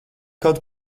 kaut